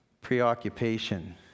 preoccupation